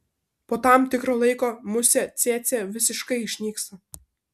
po tam tikro laiko musė cėcė visiškai išnyksta